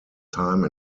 time